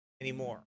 anymore